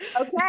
Okay